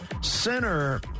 Center